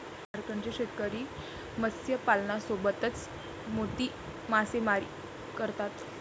झारखंडचे शेतकरी मत्स्यपालनासोबतच मोती मासेमारी करतात